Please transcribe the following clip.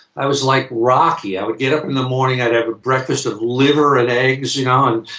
i was like rocky. i would get up in the morning, i'd have a breakfast of liver and eggs. you ah and